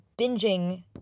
binging